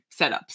setups